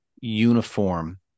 uniform